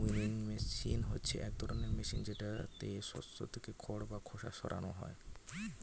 winnowing machine হচ্ছে এক ধরনের মেশিন যেটাতে শস্য থেকে খড় বা খোসা সরানো হয়